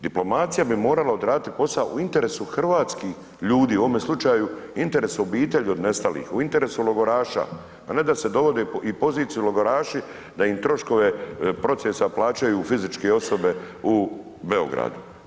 Diplomacija bi morala odraditi posao u interesu hrvatskih ljudi, u ovome slučaju interesu obitelji od nestalih, u interesu logoraša a ne da se dogode i poziciju logoraši da im troškove procesa plaćaju fizičke osobe u Beogradu.